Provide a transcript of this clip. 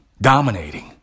dominating